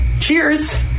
Cheers